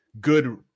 good